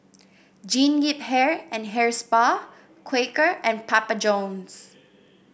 Jean Yip Hair and Hair Spa Quaker and Papa Johns